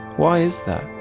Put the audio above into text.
why is that?